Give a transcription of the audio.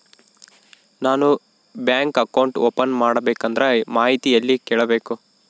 ನಾನು bank account open ಮಾಡಬೇಕಂದ್ರ ಮಾಹಿತಿ ಎಲ್ಲಿ ಕೇಳಬೇಕು?